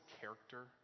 character